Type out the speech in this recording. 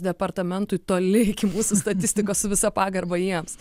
departamentui toli iki mūsų statistikos su visa pagarba jiems